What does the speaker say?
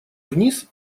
вниз